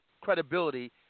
credibility